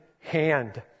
hand